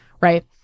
Right